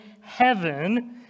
heaven